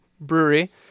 Brewery